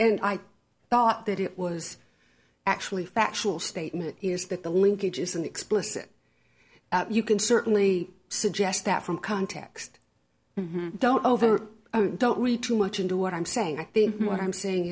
and i thought that it was actually a factual statement is that the linkage isn't explicit you can certainly suggest that from context don't over oh don't worry too much into what i'm saying i think more i'm saying